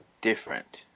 different